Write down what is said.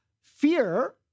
fear